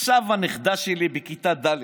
עכשיו הנכדה שלי, בכיתה ד',